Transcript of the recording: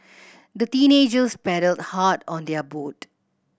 the teenagers paddled hard on their boat